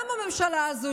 גם הממשלה הזו,